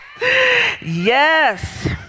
Yes